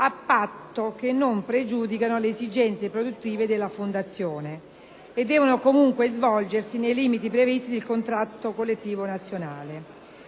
a patto che non pregiudichino le esigenze produttive della fondazione, e devono comunque svolgersi nei limiti previsti dal contratto collettivo nazionale